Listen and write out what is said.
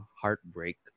heartbreak